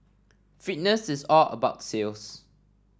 fitness is all about sales